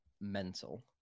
mental